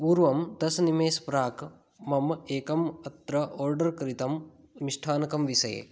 पूर्वं दश निमेषात् प्राक् मम एकम् अत्र आर्डर् कृतं मिष्ठान्नकविषये